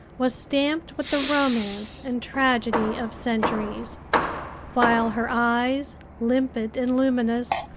was stamped with the romance and tragedy of centuries while her eyes, limpid and luminous,